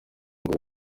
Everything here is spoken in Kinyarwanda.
ngo